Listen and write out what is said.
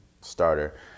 starter